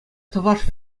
чӑваш